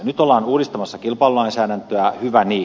nyt ollaan uudistamassa kilpailulainsäädäntöä hyvä niin